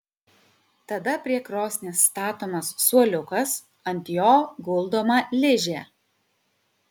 tada prie krosnies statomas suoliukas ant jo guldoma ližė